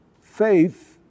Faith